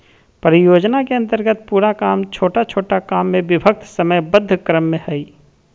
परियोजना के अन्तर्गत पूरा काम छोटा छोटा काम में विभक्त समयबद्ध क्रम में हइ